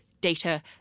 data